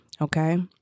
okay